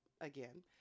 again